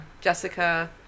Jessica